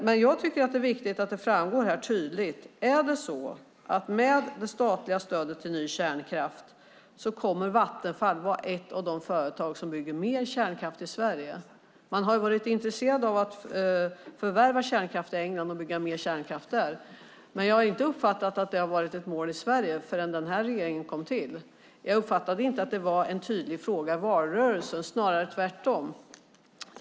Men jag tycker att det är viktigt att det framgår tydligt här: Kommer Vattenfall med det statliga stödet till ny kärnkraft att vara ett av de företag som bygger mer kärnkraft i Sverige? Man har varit intresserad av att förvärva kärnkraft i England och bygga mer kärnkraft där, men jag har inte uppfattat att det har varit ett mål i Sverige förrän den här regeringen kom till. Jag uppfattade inte att det var en tydlig fråga i valrörelsen, snarare tvärtom.